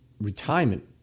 retirement